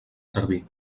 servir